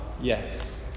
yes